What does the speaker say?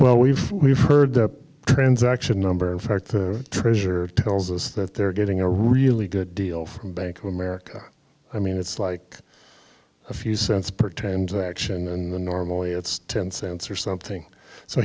well we've we've heard the transaction number in fact the treasurer tells us that they're getting a really good deal from bank of america i mean it's like a few cents per transaction and the normally it's ten cents or something so